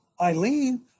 Eileen